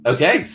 Okay